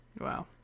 Wow